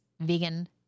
vegan